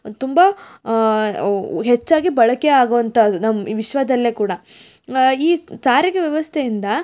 ತುಂಬ ಒ ಹೆಚ್ಚಾಗಿ ಬಳಕೆ ಆಗುವಂತದ್ದು ನಮ್ಮ ವಿಶ್ವದಲ್ಲೇ ಕೂಡ ಈ ಸಾರಿಗೆ ವ್ಯವಸ್ಥೆಯಿಂದ